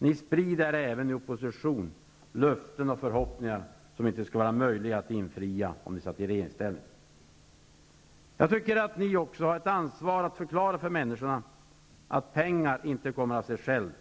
Ni sprider även i opposition löften och förhoppningar som det inte skulle vara möjligt att infria i regeringsställning. Jag tycker att ni har ett ansvar att förklara för människorna att pengar inte kommer av sig självt